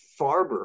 Farber